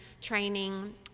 training